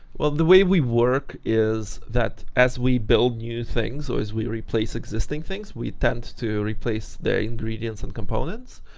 the way we work is that as we build new things, or as we replace existing things, we tend to replace their ingredients and components.